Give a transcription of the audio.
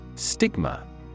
Stigma